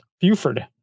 Buford